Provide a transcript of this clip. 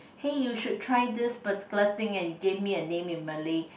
hey you should try this particular thing and he gave me a name in Malay